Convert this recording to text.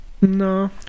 No